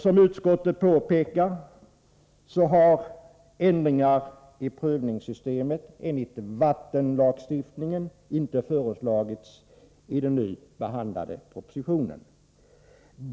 Som utskottet påpekar har ändringar i prövningssystemet enligt vattenlagstiftningen inte föreslagits i den nu behandlade propositionen.